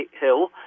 Hill